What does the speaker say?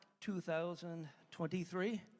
2023